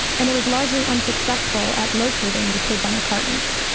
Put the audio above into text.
and it was largely unsuccessful at locating the kids on the cartons.